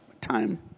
time